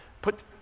put